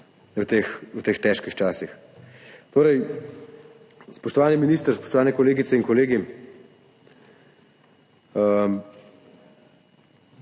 v teh težkih časih. Spoštovani minister, spoštovane kolegice in kolegi,